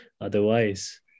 otherwise